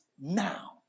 now